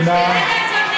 מי נמנע?